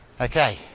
Okay